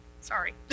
Sorry